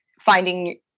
finding